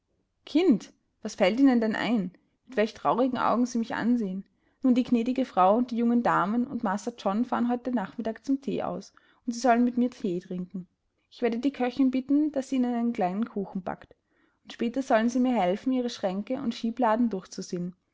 kind was fällt ihnen denn ein mit welch traurigen augen sie mich ansehen nun die gnädige frau und die jungen damen und master john fahren heute nachmittag zum thee aus und sie sollen mit mir thee trinken ich werde die köchin bitten daß sie ihnen einen kleinen kuchen bäckt und später sollen sie mir helfen ihre schränke und schiebladen